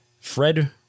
Fred